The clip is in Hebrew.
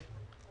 המוחלשים,